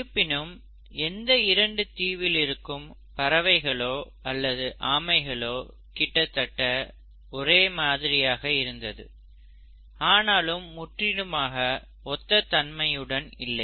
இருப்பினும் எந்த இரண்டு தீவில் இருக்கும் பறவைகளோ அல்லது ஆமைகளோ கிட்ட தட்ட ஒரே மாதிரியாக இருந்தது ஆனால் முற்றிலுமாக ஒத்த தன்மையுடன் இல்லை